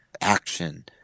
action